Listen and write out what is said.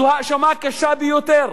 זו האשמה קשה ביותר,